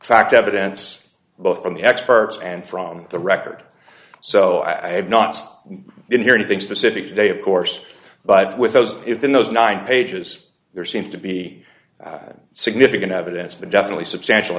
fact evidence both from the experts and from the record so i have nots in here anything specific today of course but with those if in those nine pages there seems to be significant evidence but definitely substantial